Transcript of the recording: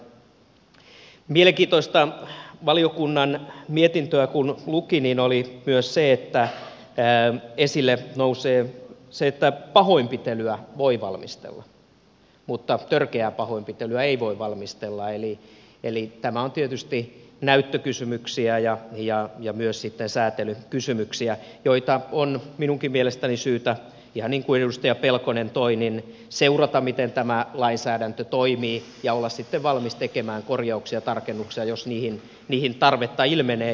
mielenkiintoista valiokunnan mietintöä kun luki oli myös se että esille nousee se että pahoinpitelyä voi valmistella mutta törkeää pahoinpitelyä ei voi valmistella eli tämä on tietysti näyttökysymyksiä ja myös sitten säätelykysymyksiä joita on minunkin mielestäni syytä ihan niin kuin edustaja pelkonen toi esille seurata miten tämä lainsäädäntö toimii ja olla sitten valmis tekemään korjauksia ja tarkennuksia jos niihin tarvetta ilmenee